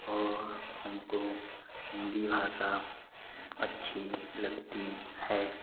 और हमको हिन्दी भाषा अच्छी लगती है